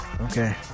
Okay